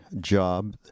job